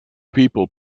people